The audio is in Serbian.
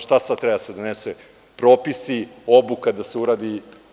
Šta sad, treba da se donesu propisi, obuka da se uradi?